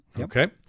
Okay